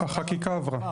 החקיקה עברה.